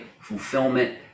fulfillment